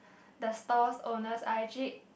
the store's owners are actually